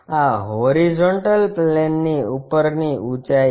આ હોરીઝોન્ટલ પ્લેનની ઉપરની ઊંચાઇ છે